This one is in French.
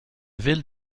ville